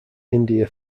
india